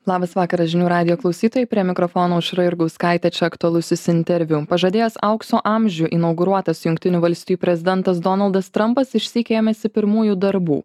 labas vakaras žinių radijo klausytojai prie mikrofono aušra jurgauskaitė aktualusis interviu pažadėjęs aukso amžių inauguruotas jungtinių valstijų prezidentas donaldas trampas išsyk ėmėsi pirmųjų darbų